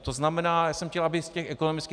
To znamená, já jsem chtěl, aby z těch ekonomických .